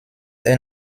est